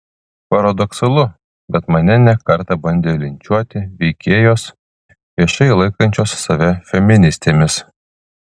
paradoksalu bet mane ne kartą bandė linčiuoti veikėjos viešai laikančios save feministėmis